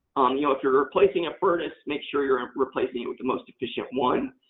um you know if you're replacing a furnace, make sure you're and replacing it with the most efficient one.